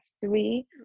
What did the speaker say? three